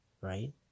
right